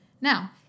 Now